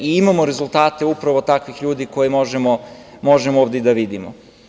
Imamo rezultate upravo takvih ljudi koje možemo ovde i da vidimo.